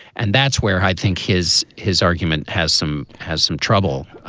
and that's where i think his his argument has some has some trouble